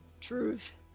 Truth